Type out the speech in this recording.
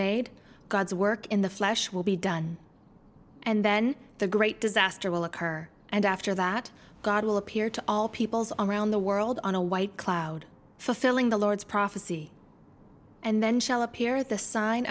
made god's work in the flesh will be done and then the great disaster will occur and after that god will appear to all peoples all around the world on a white cloud fulfilling the lord's prophecy and then shall appear the sign